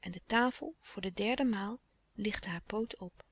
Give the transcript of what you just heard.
en de tafel voor de derde maal lichtte haar poot op